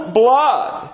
blood